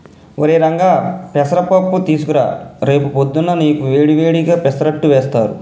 ఒరై రంగా పెసర పప్పు తీసుకురా రేపు పొద్దున్నా నీకు వేడి వేడిగా పెసరట్టు వేస్తారు